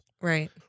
Right